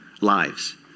Lives